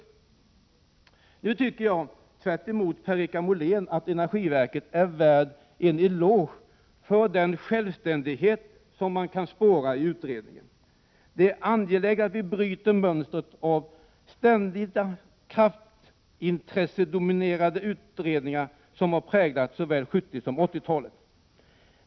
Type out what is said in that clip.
Jag tycker, tvärtemot Per-Richard Molén, att energiverket är värt en eloge för den självständighet man kan spåra i utredningen. Det är angeläget att vi bryter det mönster av ständigt kraftintressedominerade utredningar som har präglat såväl 70-talet som 80-talet.